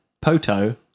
POTO